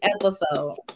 episode